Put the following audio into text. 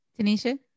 Tanisha